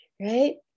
right